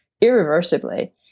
irreversibly